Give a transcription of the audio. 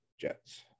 Jets